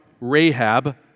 Rahab